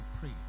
pray